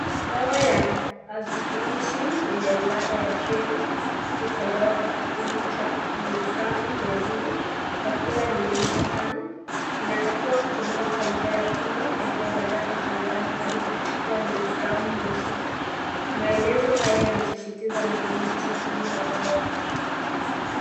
Dawa ya azithromycin yenye ladha ya cherry hutolewa kwa kipimo cha miligramu mia mbili kwa kila mililita tano. Inatakiwa kutumika kwa njia ya kinywa pekee baada ya kuchanganywa hadi kufikia miligramu mia sita. Maelezo haya yanasisitiza matumizi sahihi ya dawa.